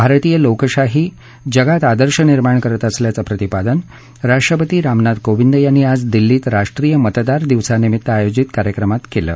भारतीय लोकशाही जगात आदर्श निर्माण करत असल्याचं प्रतिपादन राष्ट्रपती रामनाथ कोविंद यांनी आज दिल्लीत राष्ट्रीय मतदार दिवसानिमित्त आयोजित कार्यक्रमात केलं